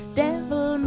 devil